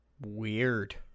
Weird